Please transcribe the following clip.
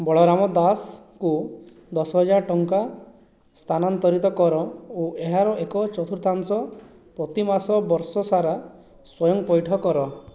ବଳରାମ ଦାଶଙ୍କୁ ଦଶ ହଜାର ଟଙ୍କା ସ୍ଥାନାନ୍ତରିତ କର ଓ ଏହାର ଏକ ଚତୁର୍ଥାଂଶ ପ୍ରତିମାସ ବର୍ଷସାରା ସ୍ଵୟଂ ପଇଠ କର